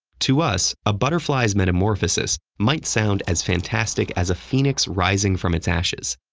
to us, a butterfly's metamorphosis might sound as fantastic as a phoenix rising from its ashes.